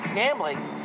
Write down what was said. Gambling